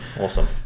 Awesome